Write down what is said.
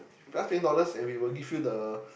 plus twenty dollars and we will give you the